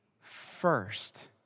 first